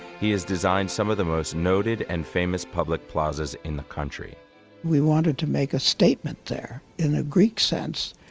he has designed some of the most noted and famous public plazas in the country we wanted to make a statement there, in a greek sense.